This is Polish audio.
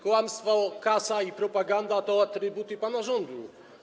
Kłamstwa, kasa i propaganda to atrybuty pana rządu.